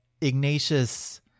Ignatius